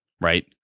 Right